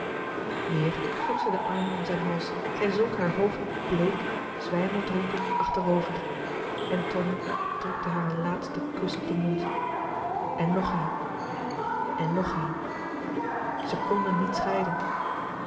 weer sloeg zij de armen om zijn hals en zonk haar hoofd bleek zwijmeldronken achterover en tonie drukte haar een laatsten kus op den mond en nog een en nog een zij konden niet scheiden